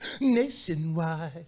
Nationwide